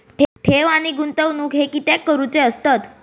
ठेव आणि गुंतवणूक हे कित्याक करुचे असतत?